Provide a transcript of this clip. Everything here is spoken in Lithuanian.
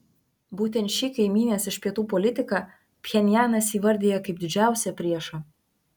būtent šį kaimynės iš pietų politiką pchenjanas įvardija kaip didžiausią priešą